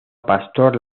pastor